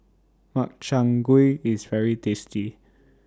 Makchang Gui IS very tasty